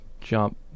jump